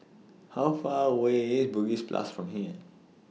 How Far away IS Bugis Plus from here